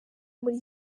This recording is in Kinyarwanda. muri